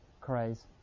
craze